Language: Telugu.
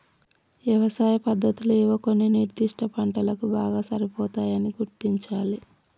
యవసాయ పద్దతులు ఏవో కొన్ని నిర్ధిష్ట పంటలకు బాగా సరిపోతాయని గుర్తించాలి